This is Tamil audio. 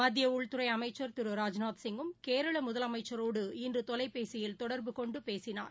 மத்தியஉள்துறைஅமைச்ச் திரு ராஜ்நாத் சிங்கும் கேரளமுதலமைச்சரோடு இன்றுதொலைபேசியில் தொடர்பு கொண்டுபேசினார்